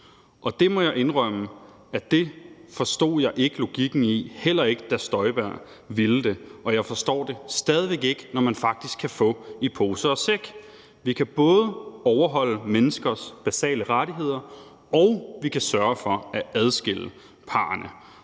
Og det må jeg indrømme at jeg ikke forstod logikken i, heller ikke, da fru Inger Støjberg ville det. Og jeg forstår det stadig væk ikke, når man faktisk kan få i pose og i sæk; vi kan både overholde menneskers basale rettigheder, og vi kan sørge for at adskille parrene.